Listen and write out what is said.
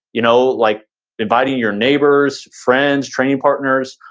you know like inviting your neighbors, friends, training partners,